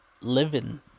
living